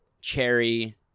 Cherry